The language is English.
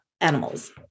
animals